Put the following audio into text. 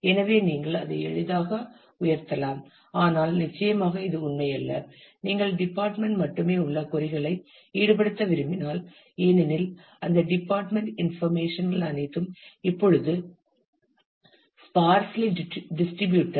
எனவே நீங்கள் அதை எளிதாக உயர்த்தலாம் ஆனால் நிச்சயமாக இது உண்மையல்ல நீங்கள் டிபார்ட்மென்ட் மட்டுமே உள்ள கொறிகளை ஈடுபடுத்த விரும்பினால் ஏனெனில் அந்த டிபார்ட்மென்ட் இன்ஃபர்மேஷன்கள் அனைத்தும் இப்பொழுது ஸ்பார்ஸ்லி டிஸ்ட்ரிபியூட்டட்